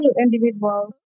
individuals